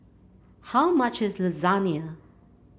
how much is Lasagne